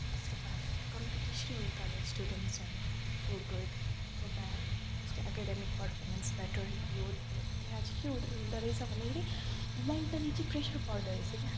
त्यसको बाद कम्पिटिसन हुनु थाल्यो स्टुडेन्ट्सहरूमा को गुड को ब्याड कसको एकाडेमिक पर्फेर्मेन्स बेट्टर यो त्यो त्यहाँ चाहिँ हु हुँदो रहेछ भन्दाखेरि मेन्टली चाहिँ प्रेसर बढ्दो रहेछ क्या